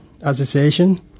association